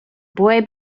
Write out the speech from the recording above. boy